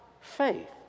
Faith